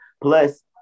Plus